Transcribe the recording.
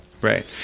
Right